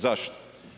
Zašto?